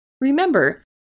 Remember